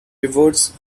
rivers